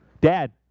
dad